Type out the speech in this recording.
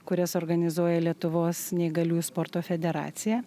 kurias organizuoja lietuvos neįgaliųjų sporto federacija